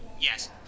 Yes